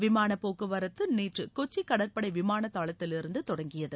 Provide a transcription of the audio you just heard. விமானப் போக்குவரத்து நேற்று கொச்சி கடற்படை விமான தளத்திலிருந்து தொடங்கியது